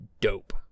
dope